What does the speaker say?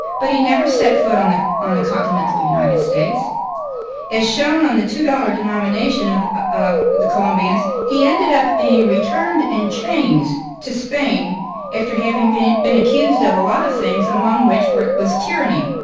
but he never set foot on the on the continental united states as shown on the two dollars denomination of of the colombians. he ended up being returned in chains to spain after having been accused of a lot of things among which was tyranny.